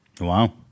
Wow